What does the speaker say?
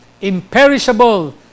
imperishable